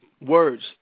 words